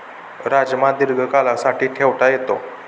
राजमा दीर्घकाळासाठी ठेवता येतो